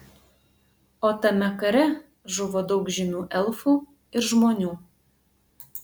o tame kare žuvo daug žymių elfų ir žmonių